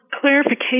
clarification